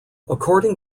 according